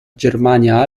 germania